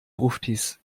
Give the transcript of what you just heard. gruftis